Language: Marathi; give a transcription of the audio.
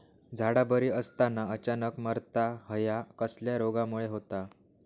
झाडा बरी असताना अचानक मरता हया कसल्या रोगामुळे होता?